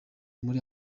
muri